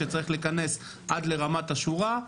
שצריך להיכנס עד לרמת השורה,